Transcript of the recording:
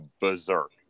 berserk